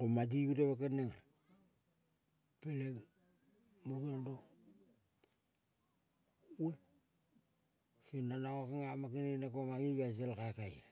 roma ti mireve kel nenga. Peleng mo geang rong ve song nanga kengama kenene ko mangi gal sap kaikai a.